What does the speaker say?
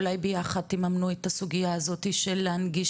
אולי ביחד יממנו את הסוגייה הזאתי של להנגיש